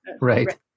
Right